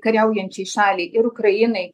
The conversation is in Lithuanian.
kariaujančiai šaliai ir ukrainai